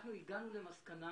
אנחנו הגענו למסקנה